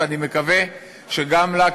ואני מקווה שגם לה,